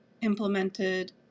implemented